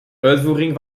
uitvoering